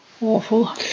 awful